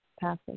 passing